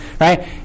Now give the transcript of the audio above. Right